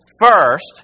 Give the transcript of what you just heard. first